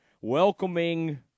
welcoming